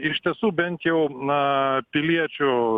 iš tiesų bent jau na piliečiu